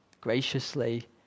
graciously